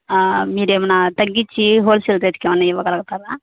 మీరేమన్నా తగ్గించి హోల్సేల్ రేట్కేమన్నా ఇవ్వగలుగుతారా